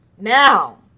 now